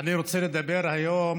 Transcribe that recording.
אני רוצה לדבר היום